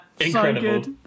Incredible